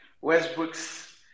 Westbrook's